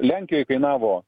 lenkijoj kainavo